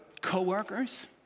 coworkers